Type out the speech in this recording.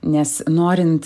nes norint